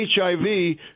HIV